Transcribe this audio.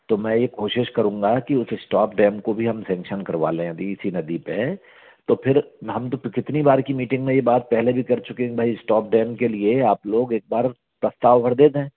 तो मैं ये कोशिश करूँगा कि उस इस्टॉप डैम को भी हम सैंक्शन करवा लें अभी इसी नदी पे तो फिर हम तो कितनी बार की मीटिंग में ये बात पहले भी कर चुके हैं भाई इस्टॉप डैम के लिए आप लोग एक बार प्रस्ताव भर दे दें